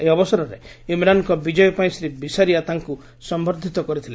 ଏହି ଅବସରରେ ଇମ୍ରାନ୍ଙ୍କ ବିଜୟ ପାଇଁ ଶ୍ରୀ ବିସାରିଆ ତାଙ୍କୁ ସମ୍ଭର୍ଦ୍ଧିତ କରିଥିଲେ